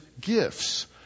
gifts